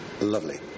Lovely